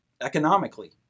economically